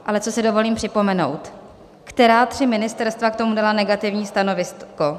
Ale dovolím si připomenout, která tři ministerstva k tomu dala negativní stanovisko.